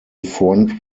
front